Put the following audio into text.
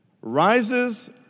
rises